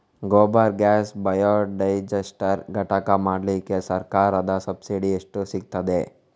Gobar gas biodigester ಘಟಕ ಮಾಡ್ಲಿಕ್ಕೆ ಸರ್ಕಾರದ ಸಬ್ಸಿಡಿ ಎಷ್ಟು ಸಿಕ್ತಾದೆ?